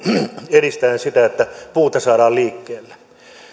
edistää sitä että puuta saadaan liikkeelle